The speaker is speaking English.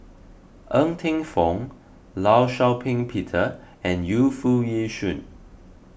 Ng Teng Fong Law Shau Ping Peter and Yu Foo Yee Shoon